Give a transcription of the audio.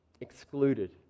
Excluded